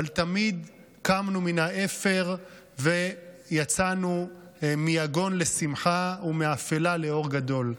אבל תמיד קמנו מן העפר ויצאנו מיגון לשמחה ומאפלה לאור גדול.